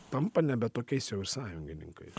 tampa nebe tokiais jau ir sąjungininkais